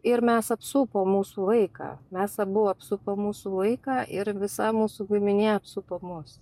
ir mes apsupom mūsų vaiką mes abu apsupom mūsų vaiką ir visa mūsų giminė apsupo mus